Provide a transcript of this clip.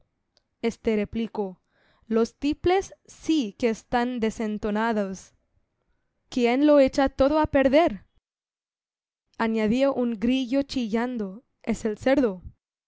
este replicó los tiples sí que están desentonados quien lo echa todo a perder añadió un grillo chillando es el cerdo